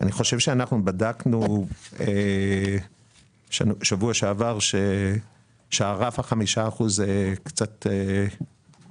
אני חושב שאנחנו בדקנו בשבוע שעבר ורף ה-5 אחוזים הוא קצת מקשה.